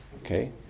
Okay